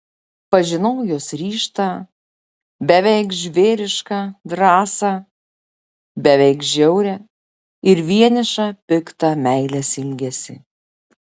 pažinau jos ryžtą beveik žvėrišką drąsą beveik žiaurią ir vienišą piktą meilės ilgesį